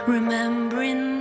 Remembering